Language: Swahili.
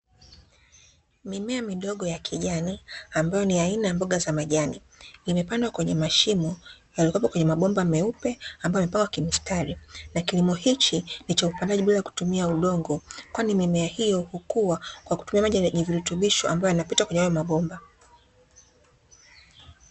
Mimea midogo ya kijani, ambayo ni aina ya mboga za majani, imepandwa kwenye mashimo yaliyokwepo kwenye mabomba meupe ambayo yamepangwa kimstari. Na kilimo hichi ni cha upandaji bila kutumia udongo, kwani mimea hiyo hukua kwa kutumia maji yenye virutubisho ambayo yanapita kwenye hayo mabomba.